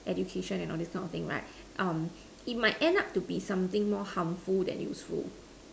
education and all this kind of things right it might ends up to be something more harmful than useful